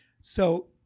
So-